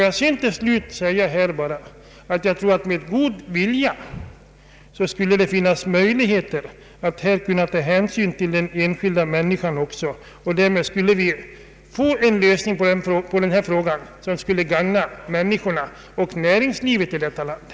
Jag vill till slut bara säga att jag tror att med god vilja skulle det finnas möjligheter att här ta hänsyn också till den enskilda människan, Därmed skulle vi få en lösning på denna fråga, som skulle gagna företagarna och näringslivet i detta land.